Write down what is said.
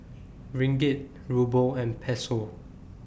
Ringgit Ruble and Peso